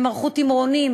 הם ערכו תמרונים,